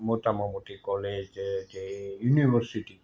મોટામાં મોટી કૉલેજ છે એ યુનિવર્સિટી